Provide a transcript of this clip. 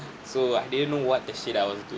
so I didn't know what the shit I was doing